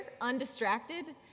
undistracted